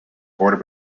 border